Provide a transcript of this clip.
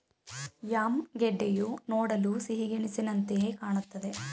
yam ಗೆಡ್ಡೆಯು ನೋಡಲು ಸಿಹಿಗೆಣಸಿನಂತೆಯೆ ಕಾಣುತ್ತದೆ